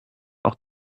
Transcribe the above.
auch